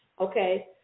okay